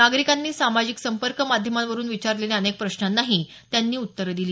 नागरिकांनी सामाजिक संपर्क माध्यमांवरून विचारलेल्या अनेक प्रश्नांनाही त्यांनी उत्तरं दिली